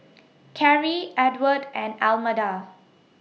Carri Edward and Almeda